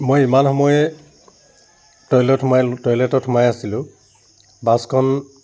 মই ইমান সময়ে টয়লেটত সোমাই টয়লেটত সোমাই আছিলোঁ বাছখন